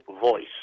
voice